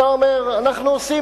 אתה אומר: אנחנו עושים,